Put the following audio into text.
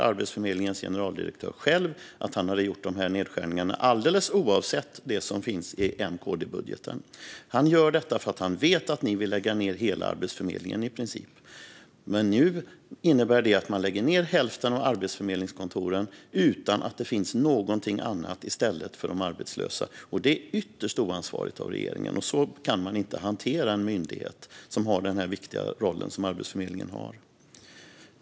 Arbetsförmedlingens generaldirektör säger själv att han hade gjort de här nedskärningarna alldeles oavsett det som finns i M-KD-budgeten. Han gör detta för att han vet att ni i princip vill lägga ned hela Arbetsförmedlingen. Men nu innebär det att man lägger ned hälften av arbetsförmedlingskontoren utan att det finns någonting annat i stället för de arbetslösa. Det är ytterst oansvarigt av regeringen. Så kan man inte hantera en myndighet som har den viktiga roll som Arbetsförmedlingen har.